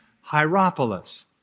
Hierapolis